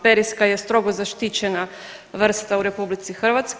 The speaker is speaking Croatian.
Periska je strogo zaštićena vrsta u RH.